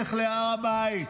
בדרך להר הבית.